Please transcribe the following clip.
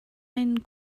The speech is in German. einen